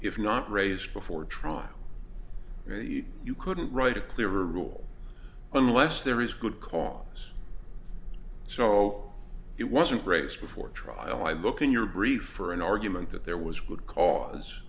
if not raised before trial you couldn't write a clear rule unless there is good cause so it wasn't raised before trial i look in your brief for an argument that there was would cause